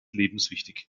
lebenswichtig